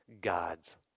God's